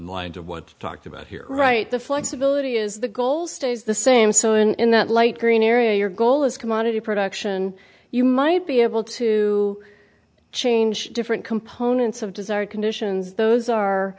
lines of what talked about here right the flexibility is the goal stays the same so in that light green area your goal is commodity production you might be able to change different components of desired conditions those are